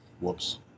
Whoops